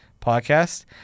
podcast